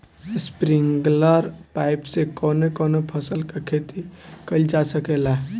Sprinkler pipe से कवने कवने फसल क खेती कइल जा सकेला?